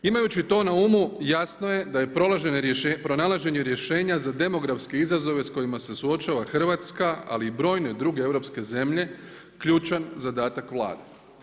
Imajući to na umu, jasno je da je pronalaženje rješenja za demografske izazove s kojima se suočava Hrvatska ali i brojne druge europske zemlje, ključan zadatak Vlade.